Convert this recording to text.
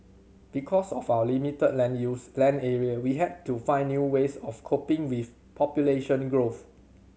because of our limited land use land area we had to find new ways of coping with population growth